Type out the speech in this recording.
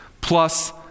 plus